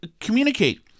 communicate